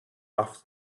off